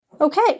Okay